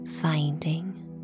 finding